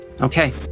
Okay